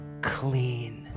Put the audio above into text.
clean